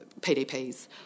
PDPs